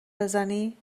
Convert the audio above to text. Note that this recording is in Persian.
بزنی